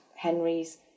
Henry's